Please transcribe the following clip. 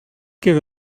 give